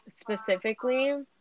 specifically